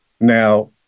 Now